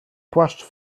płaszcz